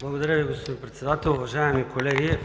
Благодаря Ви, господин Председател. Уважаеми колеги,